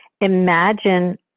imagine